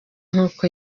nk’uko